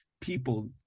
people